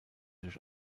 durch